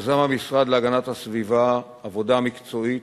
יזם המשרד להגנת הסביבה עבודה מקצועית